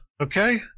okay